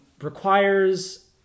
requires